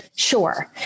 sure